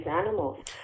animals